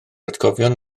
atgofion